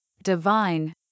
Divine